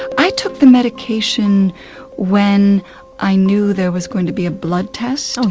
i took the medication when i knew there was going to be a blood test. oh,